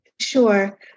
Sure